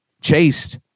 chased